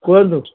କୁହନ୍ତୁ